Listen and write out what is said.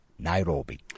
nairobi